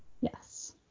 Yes